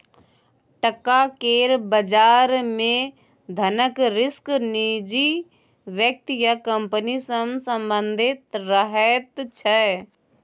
टका केर बजार मे धनक रिस्क निजी व्यक्ति या कंपनी सँ संबंधित रहैत छै